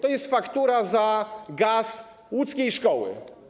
To jest faktura za gaz łódzkiej szkoły.